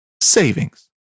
savings